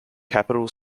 capital